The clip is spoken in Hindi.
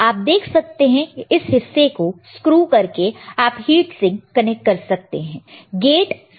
आप देख सकते हैं कि इस हिस्से को स्क्रू करके आप हीट सिंक कनेक्ट कर सकते हैं